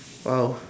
orh